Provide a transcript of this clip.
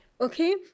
Okay